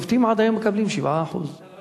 שופטים עד היום מקבלים 7%. לא,